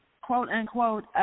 quote-unquote